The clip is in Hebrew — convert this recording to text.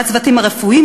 והצוותים הרפואיים,